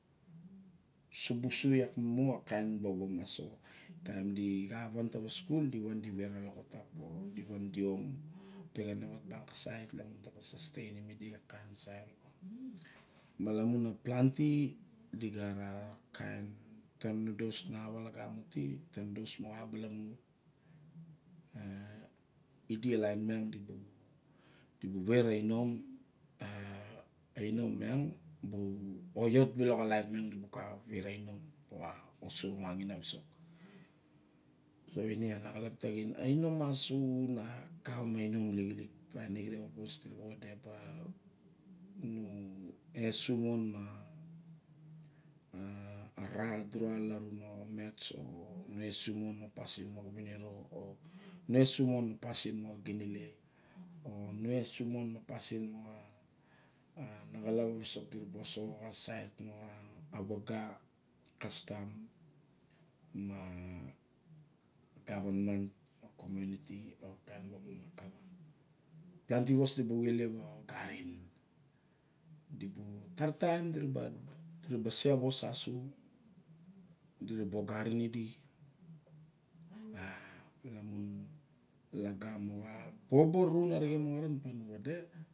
Subusa iak mumu a kain bobo maso. Taim di di xa van di tawa skul, di van di vet a xalatap. Di van di om pexen awat ban, ka sait la wa sasteinim idi xa kain sait. malamun a planti di gat a ra kain tonodos na monong lagamo ti. Tanonodos moxa balamu. E- e idi a inom pa wa osu rungamin a visok. So ina a naxalap taxin. A inom asu a kawa ma inom nixilik ine xirip a vos di ra bas vade opa na esa mon ma a ra, dura ma laren o match o nesu mon pasin moxa ginile, onesu monma pasin moxa ona xalap a visok di raba asoxo. Ka sait moxa olgeta custom ma, community, ma gavanmant na ol kain wok bai kamap. Planti wos di raba ilep ogarin. tara taim di ra ba oya rin idi. A lamun lagamo xa bobo ruran arixen nu wade.